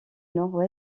nord